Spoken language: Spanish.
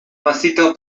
pasito